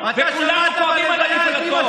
וכולנו כואבים את נפילתו.